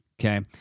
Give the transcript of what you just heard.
Okay